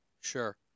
sure